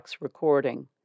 recording